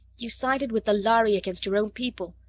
you sided with the lhari against your own people.